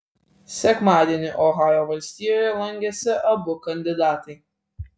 sekmadienį ohajo valstijoje lankėsi abu kandidatai